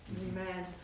Amen